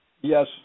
Yes